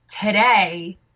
today